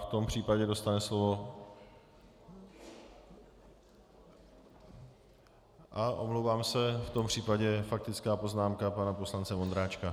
V tom případě dostane slovo omlouvám se, v tom případě faktická poznámka pana poslance Vondráčka.